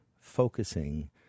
focusing